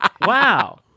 Wow